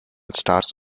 stars